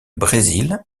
brésil